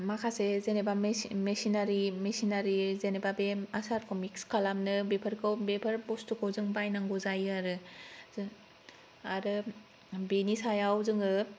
माखासे जेनेबा मेचिनारि जेनेबा बे आचारखौ मिक्स खालामनो बेफोरखौ बेफोर बुसथुखौ जों बायनांगौ जायो आरो आरो बेनि सायाव जोङो